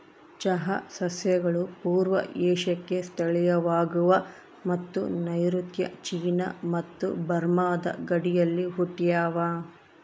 ಚಹಾ ಸಸ್ಯಗಳು ಪೂರ್ವ ಏಷ್ಯಾಕ್ಕೆ ಸ್ಥಳೀಯವಾಗವ ಮತ್ತು ನೈಋತ್ಯ ಚೀನಾ ಮತ್ತು ಬರ್ಮಾದ ಗಡಿಯಲ್ಲಿ ಹುಟ್ಟ್ಯಾವ